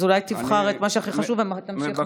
אז אולי תבחר את מה שהכי חשוב ותמשיך מחר,